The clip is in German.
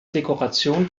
dekoration